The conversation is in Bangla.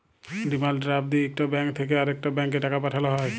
ডিমাল্ড ড্রাফট দিঁয়ে ইকট ব্যাংক থ্যাইকে আরেকট ব্যাংকে টাকা পাঠাল হ্যয়